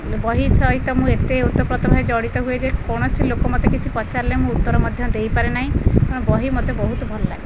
ବହି ସହିତ ମୁଁ ଏତେ ଓତପ୍ରୋତଃ ଭାବେ ଜଡ଼ିତ ହୁଏ ଯେ କୌଣସି ଲୋକ ମୋତେ କିଛି ପଚାରିଲେ ମୁଁ ଉତ୍ତର ମଧ୍ୟ ଦେଇ ପାରେ ନାହିଁ ତେଣୁ ବହି ମୋତେ ବହୁତ ଭଲ ଲାଗେ